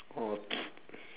or